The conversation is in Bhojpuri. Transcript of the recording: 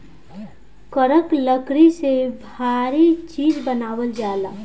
करक लकड़ी से भारी चीज़ बनावल जाला